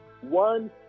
One